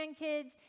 grandkids